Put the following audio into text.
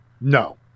No